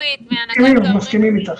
מסכים איתך.